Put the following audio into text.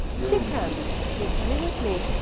she can't. she's coming with me,